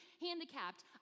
handicapped